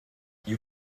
you